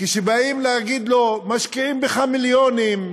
כשבאים להגיד לו: משקיעים בך מיליונים,